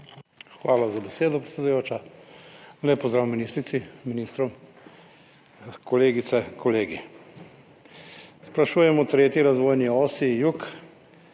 Hvala za besedo, predsedujoča. Lep pozdrav ministrici, ministru, kolegicam, kolegom! Sprašujem o tretji razvojni osi – jug.